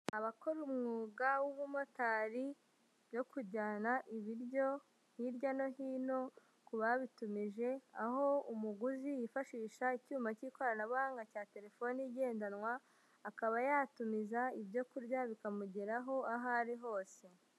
Abakora umwuga w'ubumotari yo kujyana ibiryo hirya no hino ku babitumije, aho umuguzi yifashisha icyuma cy'ikoranabuhanga cya telefoni igendanwa, akaba yatumiza ibyo kurya bikamugeraho aho ari hose.